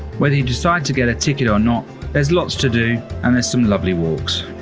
whether you decide to get a ticket or not there's lots to do and there's some lovely walks.